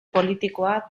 politikoa